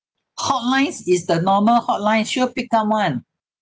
hotlines is the normal hotline sure pick up [one]